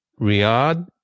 Riyadh